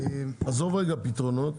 עזוב רגע פתרונות.